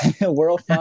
World